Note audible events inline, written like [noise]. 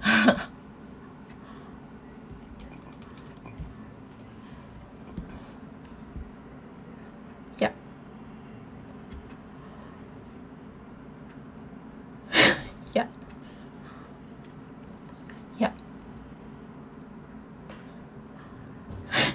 [laughs] yup [laughs] yup yup [laughs]